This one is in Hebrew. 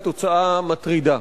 היא תוצאה מטרידה.